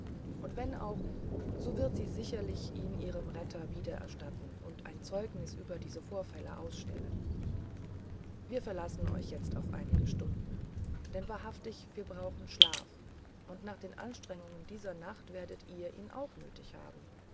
und wenn auch so wird sie sicherlich ihn ihrem retter wiedererstatten und ein zeugnis über diese vorfälle ausstellen wir verlassen euch jetzt auf einige stunden denn wahrhaftig wir brauchen schlaf und nach den anstrengungen dieser nacht werdet ihr ihn auch nötig haben